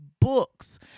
books